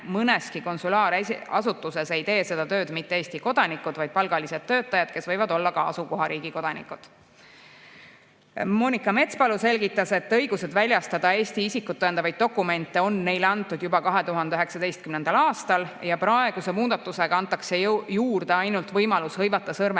mõneski konsulaarasutuses ei tee seda tööd mitte Eesti kodanikud, vaid palgalised töötajad, kes võivad olla ka asukohariigi kodanikud. Monika Metspalu selgitas, et õigused väljastada Eesti isikut tõendavaid dokumente on neile antud juba 2019. aastal ja praeguse muudatusega antakse juurde ainult võimalus hõivata sõrmejälgi